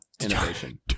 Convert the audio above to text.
innovation